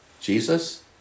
Jesus